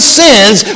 sins